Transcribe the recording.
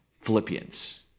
Philippians